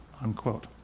unquote